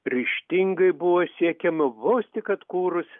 ryžtingai buvo siekiama vos tik atkūrus